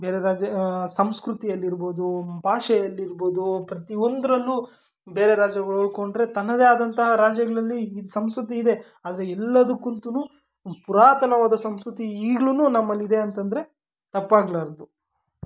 ಬೇರೆ ರಾಜ್ಯ ಸಂಸ್ಕೃತಿಯಲ್ಲಿರ್ಬೋದು ಭಾಷೆಯಲ್ಲಿರ್ಬೋದು ಪ್ರತಿಯೊಂದರಲ್ಲೂ ಬೇರೆ ರಾಜ್ಯಗಳ್ ಹೋಲ್ಸ್ಕೊಂಡ್ರೆ ತನ್ನದೇ ಆದಂತಹ ರಾಜ್ಯಗಳಲ್ಲಿ ಇದು ಸಂಸ್ಕೃತಿ ಇದೆ ಆದರೆ ಎಲ್ಲದಕ್ಕಂತೂನು ಪುರಾತನವಾದ ಸಂಸ್ಕೃತಿ ಈಗ್ಲೂ ನಮ್ಮಲ್ಲಿದೆ ಅಂತಂದರೆ ತಪ್ಪಾಗಲಾರ್ದು